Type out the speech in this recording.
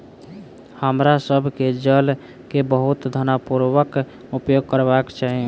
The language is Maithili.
हमरा सभ के जल के बहुत ध्यानपूर्वक उपयोग करबाक चाही